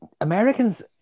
Americans